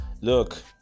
look